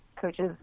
coaches